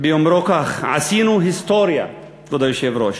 באומרו כך: עשינו היסטוריה, כבוד היושב-ראש.